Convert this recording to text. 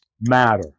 matter